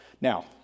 Now